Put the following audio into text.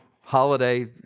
holiday